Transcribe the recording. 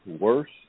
worse